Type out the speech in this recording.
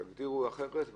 תגדירו אחרת,